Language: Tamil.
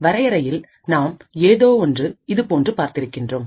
வரையறையில் நாம் ஏதோ ஒன்று இதுபோன்ற பார்த்திருக்கின்றோம்